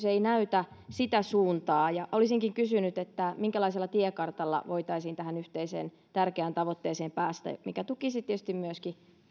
ei näytä sitä suuntaa olisinkin kysynyt minkälaisella tiekartalla voitaisiin tähän yhteiseen tärkeään tavoitteeseen päästä mikä tukisi tietysti myöskin